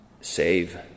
save